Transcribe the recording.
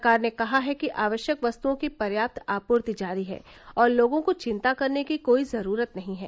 सरकार ने कहा है कि आवश्यक वस्तओं की पर्याप्त आपूर्ति जारी है और लोगों को चिंता करने की कोई जरूरत नहीं है